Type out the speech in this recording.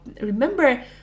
remember